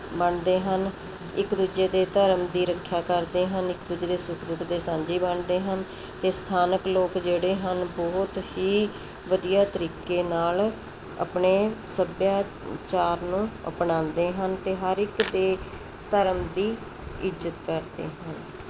ਮੰਨਦੇ ਹਨ ਇੱਕ ਦੂਜੇ ਦੇ ਧਰਮ ਦੀ ਰੱਖਿਆ ਕਰਦੇ ਹਨ ਇੱਕ ਦੂਜੇ ਦੇ ਸੁੱਖ ਦੁੱਖ ਦੇ ਸਾਂਝੀ ਬਣਦੇ ਹਨ ਅਤੇ ਸਥਾਨਕ ਲੋਕ ਜਿਹੜੇ ਹਨ ਬਹੁਤ ਹੀ ਵਧੀਆ ਤਰੀਕੇ ਨਾਲ ਆਪਣੇ ਸੱਭਿਆਚਾਰ ਨੂੰ ਅਪਣਾਉਂਦੇ ਹਨ ਅਤੇ ਹਰ ਇੱਕ ਦੇ ਧਰਮ ਦੀ ਇੱਜ਼ਤ ਕਰਦੇ ਹਨ